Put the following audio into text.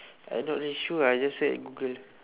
I not really sure I just search in google